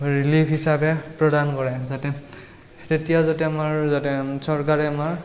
relief হিচাপে প্ৰদান কৰে যাতে তেতিয়া যাতে আমাৰ যাতে চৰকাৰে আমাৰ